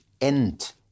end